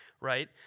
right